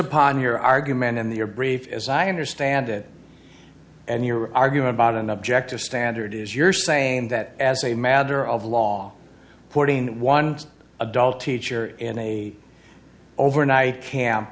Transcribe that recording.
upon your argument in the brief as i understand it and you're arguing about an objective standard is you're saying that as a matter of law putting one adult teacher in a overnight cam